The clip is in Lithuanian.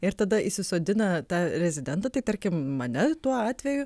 ir tada įsisodina tą rezidentą tai tarkim mane tuo atveju